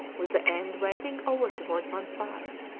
with the end waving over toward one side.